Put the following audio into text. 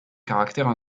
caractères